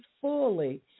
fully